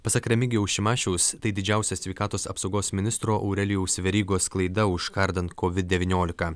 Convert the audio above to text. pasak remigijaus šimašiaus tai didžiausia sveikatos apsaugos ministro aurelijaus verygos klaida užkardant kovid devyniolika